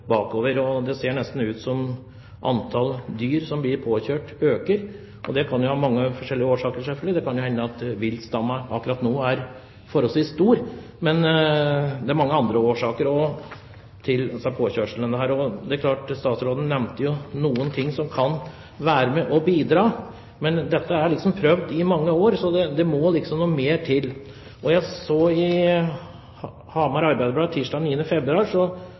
år, og ikke bare under denne regjeringen. Det ser nesten ut som at antallet påkjørte dyr øker. Det kan selvfølgelig være mange forskjellige årsaker til det. Det kan jo hende at viltstammen akkurat nå er forholdsvis stor, men det er også mange andre årsaker til disse påkjørslene. Statsråden nevnte noen ting som kan være med og bidra her, men dette er prøvd i mange år, så det må noe mer til. Jeg så i Hamar Arbeiderblad tirsdag den 9. februar